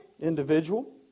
individual